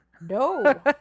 no